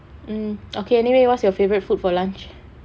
mm okay anyway what's your favourite food for lunch